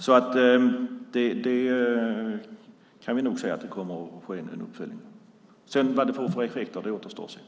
Så vi kan nog säga att det kommer att ske en uppföljning. Sedan återstår att se vad det får för effekter.